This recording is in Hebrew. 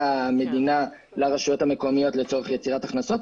המדינה לרשויות המקומיות לצורך יצירת הכנסות,